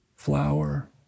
flower